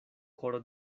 koro